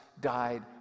died